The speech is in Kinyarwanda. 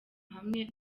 hamwe